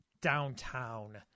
downtown